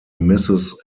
mrs